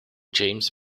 james